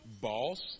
Boss